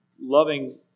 loving